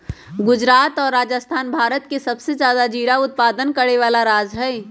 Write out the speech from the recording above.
गुजरात और राजस्थान भारत के सबसे ज्यादा जीरा उत्पादन करे वाला राज्य हई